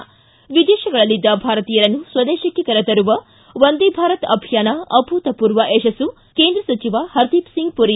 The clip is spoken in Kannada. ಿ ವಿದೇಶಗಳಲ್ಲಿದ್ದ ಭಾರತೀಯರನ್ನು ಸ್ವದೇಶಕ್ಕೆ ಕರೆ ತರುವ ವಂದೇ ಭಾರತ್ ಅಭಿಯಾನ ಅಭೂತಪೂರ್ವ ಯಶಸ್ಲು ಕೇಂದ್ರ ಸಚಿವ ಹರದಿಪ್ ಸಿಂಗ್ ಪುರಿ